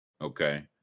Okay